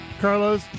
Carlos